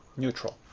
neutral.